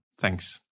Thanks